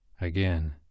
again